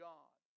God